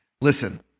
Listen